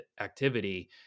activity